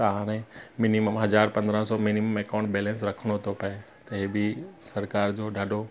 त हाणे मिनिमम हज़ार पंद्रहं सौ मिनिमम अकाउंट बैलेंस रखणो थो पए त हीअ बि सरकार जो ॾाढो